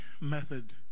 method